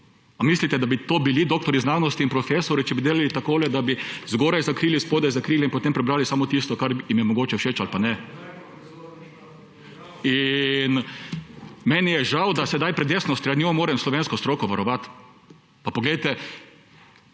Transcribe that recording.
Ali mislite, da bi to bili doktorji znanosti in profesorji, če bi delali tako, da bi zgoraj zakrili, spodaj zakrili in potem prebrali samo tisto, kar jim je mogoče všeč ali pa ne. Meni je žal, da sedaj pred desno stranjo moram varovati slovensko stroko. Poglejte,